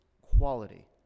quality